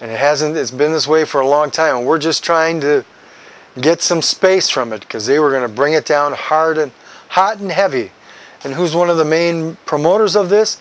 and it hasn't this been this way for a long time and we're just trying to get some space from it because they were going to bring it down hard and hot and heavy and who is one of the main promoters of this